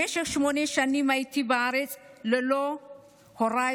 במשך שמונה שנים הייתי בארץ ללא הוריי,